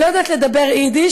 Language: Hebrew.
אני לא יודעת לדבר יידיש,